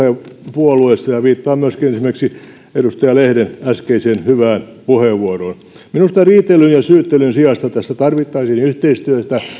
puolueessa ja ja viittaan myöskin esimerkiksi edustaja lehden äskeiseen hyvään puheenvuoroon minusta riitelyn ja syyttelyn sijasta tässä tarvittaisiin yhteistyötä